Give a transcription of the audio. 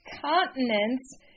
continents